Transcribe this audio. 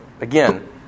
Again